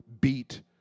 beat